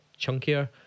chunkier